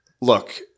look